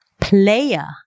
player